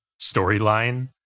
storyline